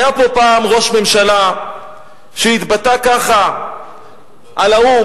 היה פה פעם ראש ממשלה שהתבטא כך על האו"ם,